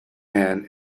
man